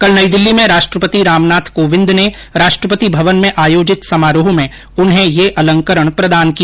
कल नई दिल्ली में राष्ट्रपति रामनाथ कोविंद ने राष्ट्रपति भवन में आयोजित समारोह में उन्हें यह अलंकरण प्रदान किया